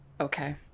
Okay